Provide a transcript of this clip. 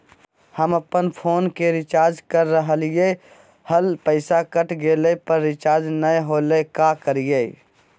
हम अपन फोन के रिचार्ज के रहलिय हल, पैसा कट गेलई, पर रिचार्ज नई होलई, का करियई?